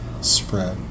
spread